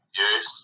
yes